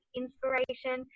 inspiration